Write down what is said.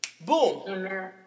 Boom